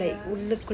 ya